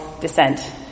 descent